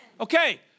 Okay